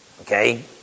okay